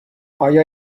آیا